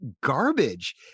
garbage